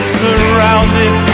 surrounded